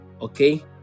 okay